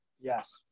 Yes